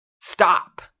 stop